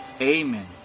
Amen